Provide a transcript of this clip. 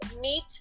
meet